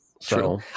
True